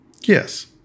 yes